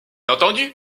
entendu